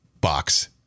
box